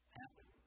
happen